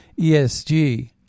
ESG